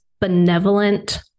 benevolent